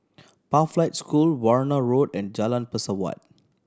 Pathlight School Warna Road and Jalan Pesawat